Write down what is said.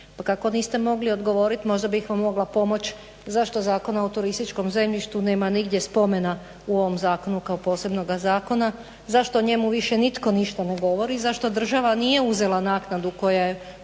Pa kako niste mogli odgovoriti možda bih vam mogla pomoći zašto Zakona o turističkom zemljištu nema nigdje spomena u ovom zakonu kao posebnoga zakona, zašto o njemu više nitko ništa ne govori i zašto država nije uzela naknadu koju je